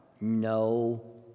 No